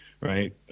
right